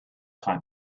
kind